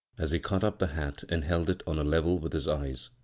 as he caught up the hat and held it on a level with his eyes.